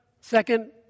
Second